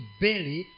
belly